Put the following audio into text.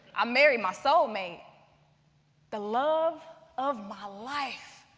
um married my soul mate the love of my life,